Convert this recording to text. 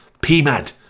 PMAD